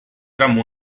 tram